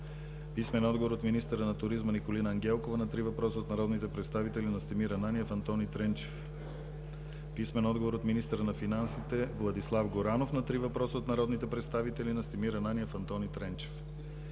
писмен отговор от министъра на туризма Николинка Ангелкова на три въпроса от народните представители Настимир Ананиев и Антони Тренчев; - писмен отговор от министъра на финансите Владислав Горанов на три въпроса от народните представители Настимир Ананиев и Антони Тренчев;